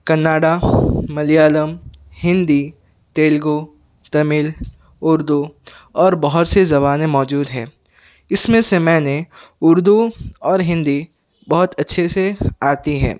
Canada Malayalam Hindi Telugu Tamil Urdu اور بہت سی زبانیں موجود ہیں اس میں سے میں نے اردو اور ہندی بہت اچھے سے آتی ہیں